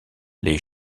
les